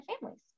families